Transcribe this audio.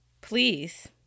please